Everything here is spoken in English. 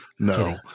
No